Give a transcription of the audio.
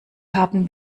haben